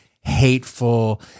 hateful